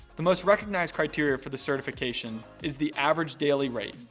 the most recognized criteria for the certification is the average daily rate,